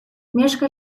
mieszka